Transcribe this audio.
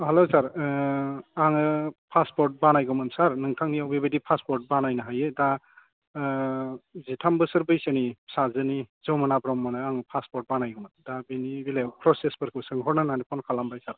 hello sir आङो passport बानायगौमोन sir नोंथांनियाव बेबायदि फासपर्ट बानायनो हायो दा जिथाम बोसोर बैसोनि फिसाजोनि जमुना ब्रम्हनो आं फासपर्ट बानायगौमोन दा बेनि बेलायाव प्रसेसफोरखौ सोंहरनो होननानै फन खालामबाय सार